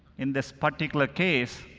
in this particular case,